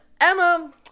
Emma